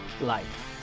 life